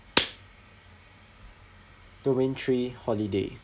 domain three holiday